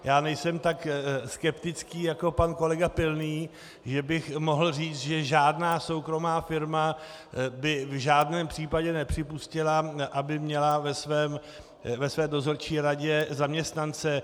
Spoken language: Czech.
Já nejsem tak skeptický jako pan kolega Pilný, že bych mohl říct, že žádná soukromá firma by v žádném případě nepřipustila, aby měla ve své dozorčí radě zaměstnance.